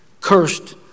cursed